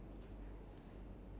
all those facts